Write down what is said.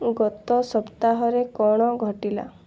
ଓ ଗତ ସପ୍ତାହରେ କ'ଣ ଘଟିଲା